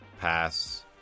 pass